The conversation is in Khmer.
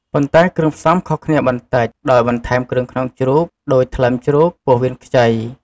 ប៉ុន្តែគ្រឿងផ្សំខុសគ្នាបន្តិច ដោយបន្ថែមគ្រឿងក្នុងជ្រូកដូច ថ្លើមជ្រូក ពោះវៀនខ្ចី ។